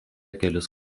kelis